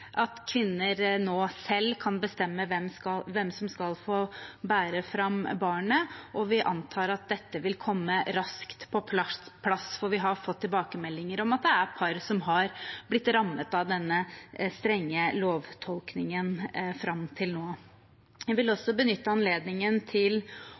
at kvinner nå selv kan bestemme hvem som skal få bære fram barnet. Vi antar at dette vil komme raskt på plass, for vi har fått tilbakemeldinger om at det er par som har blitt rammet av denne strenge lovtolkningen fram til nå. Jeg vil også benytte anledningen til